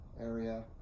area